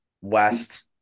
west